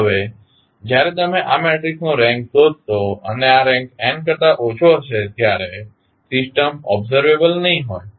હવે જ્યારે તમે આ મેટ્રિક્સનો રેન્ક શોધશો અને આ રેન્ક n કરતા ઓછો હશે ત્યારે સિસ્ટમ ઓબ્ઝર્વેબલ નહી હોય